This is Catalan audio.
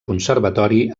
conservatori